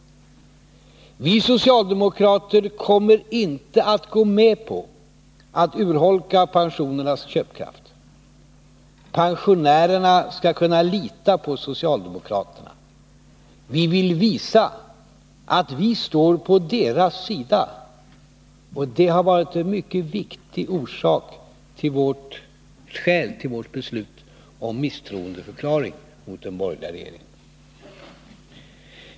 Vi socialdemokrater kommer inte att gå med på att urholka pensionärernas köpkraft. Pensionärerna skall kunna lita på socialdemokraterna. Vi vill visa att vi står på deras sida, och det har varit ett mycket viktigt skäl till vårt beslut om misstroendeförklaring mot den borgerliga regeringen.